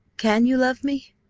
can you love me?